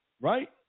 right